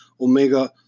Omega